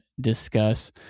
discuss